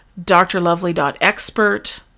drlovely.expert